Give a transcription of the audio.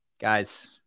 guys